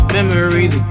Memories